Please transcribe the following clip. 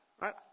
right